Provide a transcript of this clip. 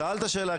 שאלת שאלה,